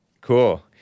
Cool